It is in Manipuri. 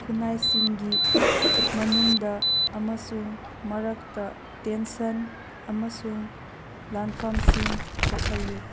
ꯈꯨꯟꯅꯥꯏꯁꯤꯡꯒꯤ ꯃꯅꯨꯡꯗ ꯑꯃꯁꯨꯡ ꯃꯔꯛꯇ ꯇꯦꯟꯁꯟ ꯑꯃꯁꯨꯡ ꯂꯥꯟꯐꯝꯁꯤꯡ ꯊꯣꯛꯍꯜꯂꯤ